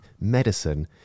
medicine